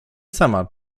sama